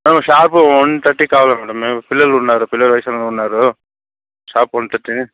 ఆ sharp one థర్టీకి కావాలి మేడం మేం పిల్లలు ఉన్నారు పిల్లలు ఉన్నారు షార్ప్ వన్ థర్టీ